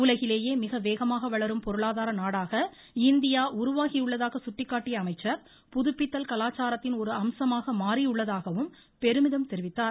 உலகிலேயே மிக வேகமாக வளரும் பொருளாதார நாடாக இந்தியா உருவாகியுள்ளதாக சுட்டிக்காட்டிய அமைச்சர் புதுப்பித்தல் கலாச்சாரத்தின் ஒரு அம்சமாக மாறியுள்ளதாகவும் பெருமிதம் தெரிவித்தார்